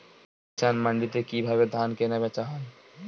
কৃষান মান্ডিতে কি ভাবে ধান কেনাবেচা হয়?